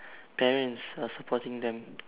parents are supporting them